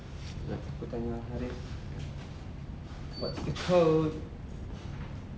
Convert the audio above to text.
jap aku tanya harith what's the code